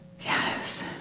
Yes